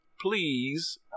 please